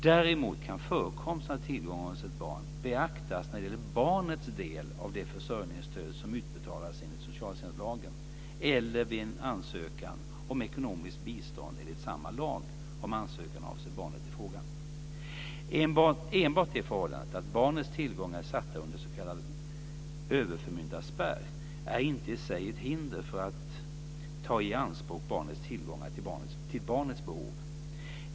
Däremot kan förekomsten av tillgångar hos ett barn beaktas när det gäller barnets del av det försörjningsstöd som utbetalas enligt socialtjänstlagen eller vid en ansökan om ekonomiskt bistånd enligt samma lag, om ansökan avser barnet i fråga. Enbart det förhållande att barnets tillgångar är satta under s.k. överförmyndarspärr är inte i sig ett hinder för att ta i anspråk barnets tillgångar till barnets behov.